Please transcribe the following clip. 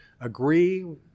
agree